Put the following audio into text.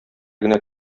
генә